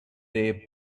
day